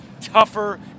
tougher